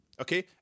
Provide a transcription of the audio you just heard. Okay